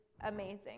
amazing